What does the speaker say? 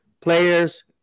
Players